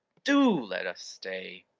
do let us stay!